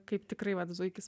kaip tikrai vat zuikis